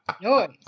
Noise